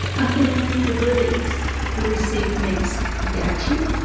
i think the verdicts will receive mixed reaction.